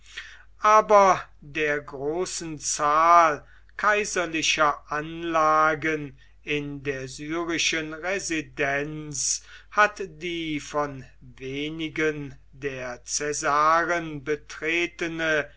aber der großen zahl kaiserlicher anlagen in der syrischen residenz hat die von wenigen der caesaren betretene